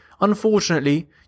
Unfortunately